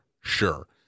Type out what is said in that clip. sure